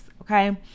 okay